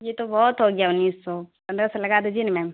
یہ تو بہت ہو گیا انیس سو پندرہ سو لگا دیجیے نا میم